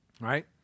right